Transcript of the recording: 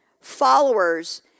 followers